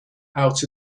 out